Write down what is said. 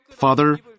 Father